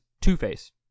Two-Face